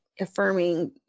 affirming